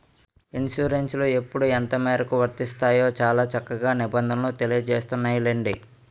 ఇన్సురెన్సులు ఎప్పుడు ఎంతమేరకు వర్తిస్తాయో చాలా చక్కగా నిబంధనలు తెలియజేస్తున్నాయిలెండి